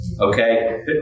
Okay